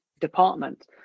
department